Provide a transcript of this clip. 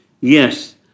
Yes